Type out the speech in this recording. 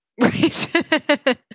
Right